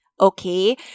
Okay